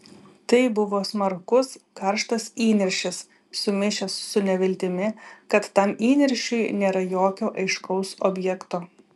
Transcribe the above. tai buvo smarkus karštas įniršis sumišęs su neviltimi kad tam įniršiui nėra jokio aiškaus objekto